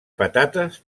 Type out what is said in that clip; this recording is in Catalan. patates